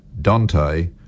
Dante